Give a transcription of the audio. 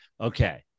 okay